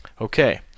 Okay